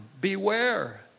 Beware